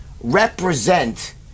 represent